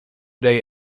day